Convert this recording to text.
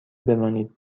بمانید